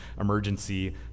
emergency